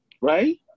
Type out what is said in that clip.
Right